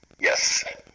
yes